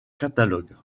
catalogue